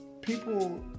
people